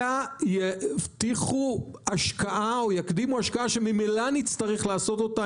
אלא יבטיחו או יקדימו השקעה שממילא נצטרך לעשות אותה